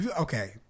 Okay